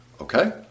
okay